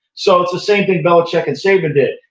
so, it's the same thing belichick and saban did.